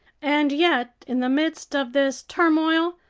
and yet in the midst of this turmoil,